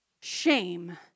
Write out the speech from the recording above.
shame